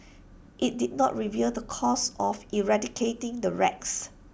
IT did not reveal the cost of eradicating the rats